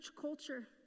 culture